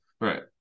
Right